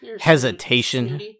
Hesitation